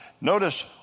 Notice